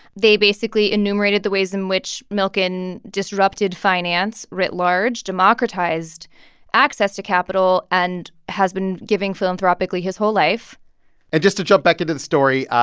they basically enumerated the ways in which milken disrupted finance writ large, democratized access to capital and has been giving philanthropically his whole life and just to jump back into the story,